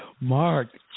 Mark